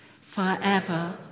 Forever